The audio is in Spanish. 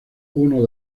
uno